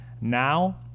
now